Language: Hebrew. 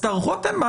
תערכו אתם,